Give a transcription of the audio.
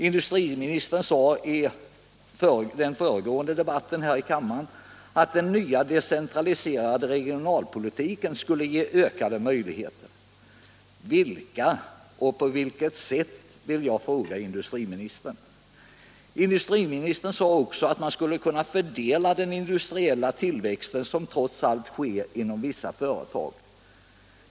Industriministern sade i den föregående debatten här i kammaren att den nya decentraliserade regionalpolitiken skulle ge ökade möjligheter. Jag vill fråga industriministern: Vilka och på vilket sätt? Industriministern sade också att man skulle kunna fördela den industriella tillväxt som trots allt sker inom vissa företag.